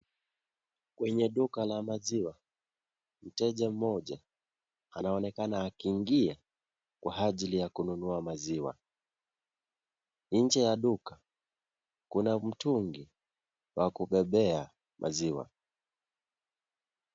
Kwenye duka la maziwa mteja mmoja anaonekana akiingia kwa ajili ya kununua maziwa, nje ya duka kuna mutungi wa kubebea maziwa.